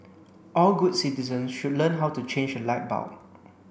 all good citizen should learn how to change a light bulb